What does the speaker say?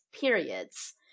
periods